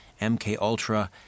MKUltra